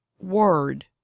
Word